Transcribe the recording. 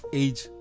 age